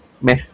meh